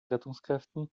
rettungskräften